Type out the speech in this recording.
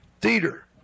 Theater